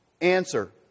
Answer